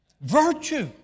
Virtue